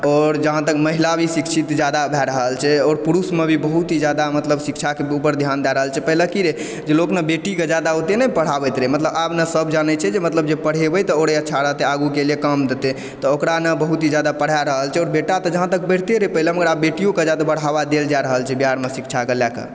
आओर जहाँ तक महिला भी शिक्षित जादा भै रहल छै आओर पुरुषमे भी बहुत ही जादा मतलब शिक्षाके ऊपर ध्यान दय रहल छै पहिले की रहय जे लोक न बेटीके जादा ओतेक नहि पढ़ाबैत रहै मतलब आब न सभ जानै छै मतलब जे पढेबै तऽ आओर अच्छा रहतै आगूके लिअ काम दतय तऽ ओकरा न बहुत ही जादा पढ़ा रहल छै आओर बेटा तऽ जहाँ तक पढ़ितै रहय पहिले मगर आब बेटियोके जादा बढ़ावा देल जा रहल छै बिहारमे शिक्षाके लऽके